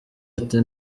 ati